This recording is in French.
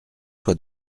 soit